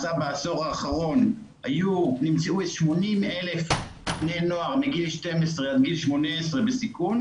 שנעשה בעשור האחרון נמצאו 80,000 בני נוער מגיל 12 עד 18 בסיכון,